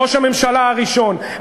ראש הממשלה הראשון,